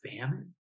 famine